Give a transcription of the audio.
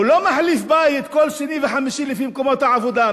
הוא לא מחליף בית כל שני וחמישי לפי מקומות העבודה,